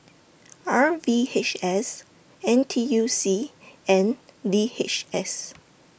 R V H S N T U C and D H S